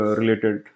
related